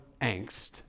angst